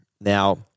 Now